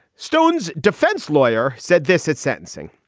stone's defense lawyer said this at sentencing.